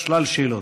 שלל שאלות.